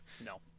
No